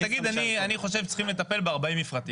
תגיד אני חושב שצריך לטפל ב-40 מפרטים.